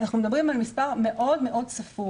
אנחנו מדברים על מספר מאוד מאוד ספור.